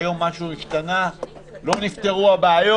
אנחנו עוברים להצעת החוק הבאה: